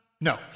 No